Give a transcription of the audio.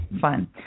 fun